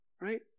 Right